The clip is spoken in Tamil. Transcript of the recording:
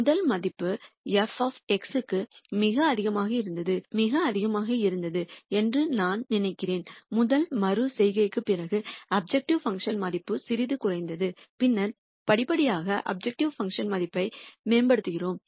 முதல் மதிப்பு f க்கு மிக அதிகமாக இருந்தது என்று நான் நினைக்கிறேன் முதல் மறு செய்கைக்குப் பிறகு அப்ஜெக்டிவ் பங்க்ஷன் மதிப்பு சிறிது குறைந்தது பின்னர் படிப்படியாக அப்ஜெக்டிவ் பங்க்ஷன் மதிப்பை மேம்படுத்துகிறோம்